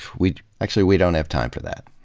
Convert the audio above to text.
we'd, actually, we don't have time for that.